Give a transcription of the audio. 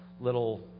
little